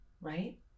right